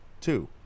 two